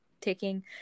taking